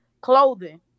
clothing